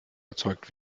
erzeugt